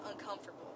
uncomfortable